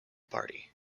party